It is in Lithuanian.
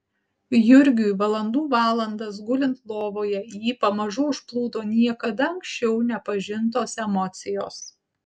jurgiui valandų valandas gulint lovoje jį pamažu užplūdo niekada anksčiau nepažintos emocijos